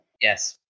yes